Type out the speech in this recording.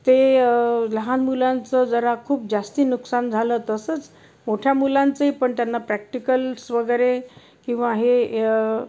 ते लहान मुलांचं जरा खूप जास्त नुकसान झालं तसंच मोठ्या मुलांचंही पण त्यांना प्रॅक्टिकल्स वगैरे किंवा हे य